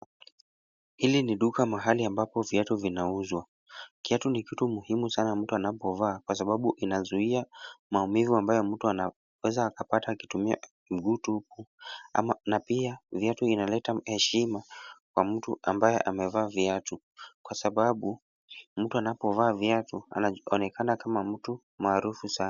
Hili ni duka mahali ambapo viatu vinauzwa. Kiatu ni kitu muhimu sana mtu anapovaa kinazuia maumivu ambayo mtu anapata akitumia miguu tupu. Na pia viatu vinaleta heshima kwa mtu ambaye amevaa viatu kwa sababu, mtu anapovaa viatu, anaonekana kama mtu maarufu sana.